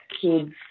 kids